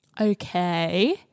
Okay